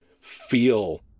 feel